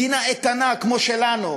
מדינה איתנה כמו שלנו,